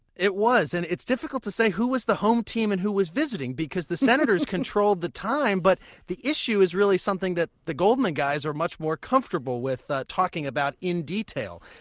it was, and it's difficult to say who was the home team and who was visiting because the senators control the time. but the issue is really something the goldman guys are much more comfortable with talking about in detail.